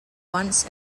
once